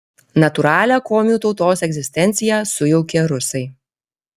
natūralią komių tautos egzistenciją sujaukė rusai